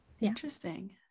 Interesting